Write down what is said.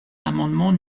l’amendement